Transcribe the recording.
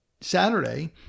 Saturday